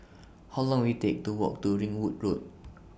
How Long Will IT Take to Walk to Ringwood Road